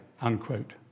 unquote